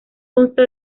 consta